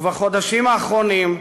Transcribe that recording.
ובחודשים האחרונים,